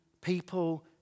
people